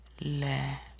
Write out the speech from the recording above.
Le